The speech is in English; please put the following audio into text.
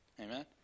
amen